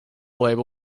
label